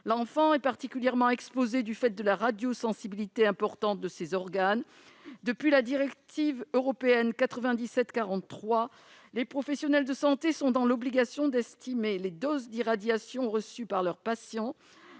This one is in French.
L'enfant est particulièrement exposé du fait de la radiosensibilité importante de ses organes. Depuis la directive européenne 97/43, les professionnels de santé sont dans l'obligation d'estimer les doses d'irradiation reçues par leurs patients